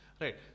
right